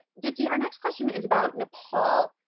dipti, our next question is about nepal,